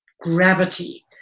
gravity